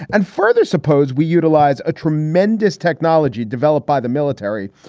and further, suppose we utilize a tremendous technology developed by the military.